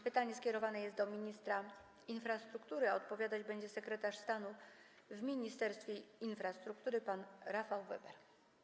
Pytanie skierowane jest do ministra infrastruktury, a odpowiadać będzie sekretarz stanu w Ministerstwie Infrastruktury pan Rafał Weber.